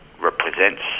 represents